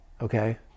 okay